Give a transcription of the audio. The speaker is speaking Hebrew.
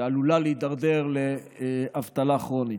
שעלולה להידרדר לאבטלה כרונית.